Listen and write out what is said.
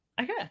Okay